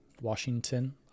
Washington